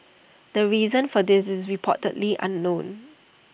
the reason for this is reportedly unknown